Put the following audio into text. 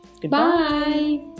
Goodbye